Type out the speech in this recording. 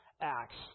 acts